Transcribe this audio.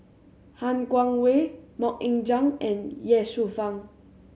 Han Guangwei Mok Ying Jang and Ye Shufang